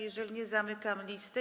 Jeżeli nie, zamykam listę.